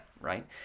Right